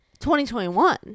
2021